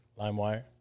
LimeWire